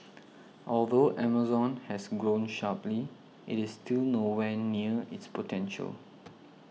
although Amazon has grown sharply it is still nowhere near its potential